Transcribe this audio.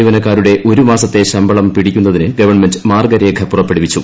ജീവനക്കാരുടെ ഒരു മാസത്തെ ശമ്പളം പിടിക്കുന്നതിന് ഗവൺമെന്റ് മാർഗ്ഗരേഖ പുറപ്പെടുവിച്ചു